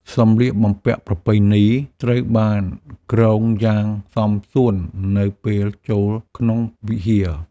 សម្លៀកបំពាក់ប្រពៃណីត្រូវបានគ្រងយ៉ាងសមសួននៅពេលចូលក្នុងវិហារ។